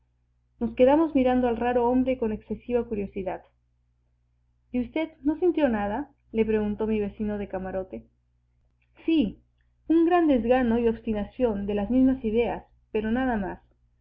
nos quedamos mirando al raro hombre con excesiva curiosidad y usted no sintió nada le preguntó mi vecino de camarote sí un gran desgano y obstinación de las mismas ideas pero nada más